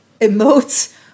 emotes